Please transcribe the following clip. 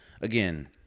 again